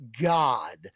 God